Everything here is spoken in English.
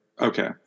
Okay